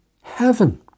heaven